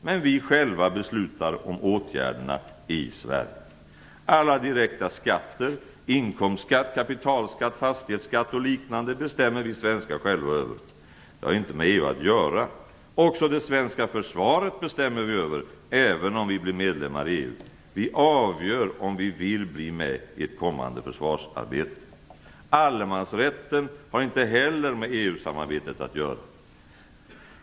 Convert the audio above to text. Men vi själva beslutar om åtgärderna i Sverige. Alla direkta skatter - inkomstskatt, kapitalskatt, fastighetsskatt och liknande - bestämmer vi svenskar själva över. Det har inte med EU att göra. Också det svenska försvaret bestämmer vi över, även om vi blir medlemmar i EU. Vi avgör om vi vill bli med i ett kommande försvarssamarbete. Allemansrätten har inte heller med EU att göra.